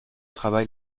travail